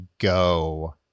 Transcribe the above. go